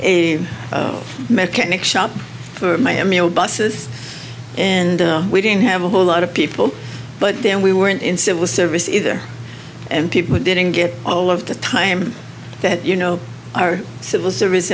a mechanic shop for miami or buses and we didn't have a whole lot of people but then we weren't in civil service either and people didn't get all of the time that you know our civil service